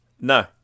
No